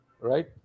right